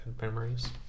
memories